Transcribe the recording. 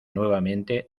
nuevamente